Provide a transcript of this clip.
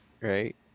right